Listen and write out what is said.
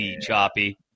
choppy